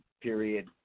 period